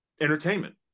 entertainment